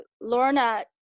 Lorna